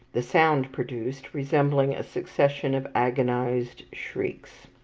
the sound produced resembling a succession of agonized shrieks.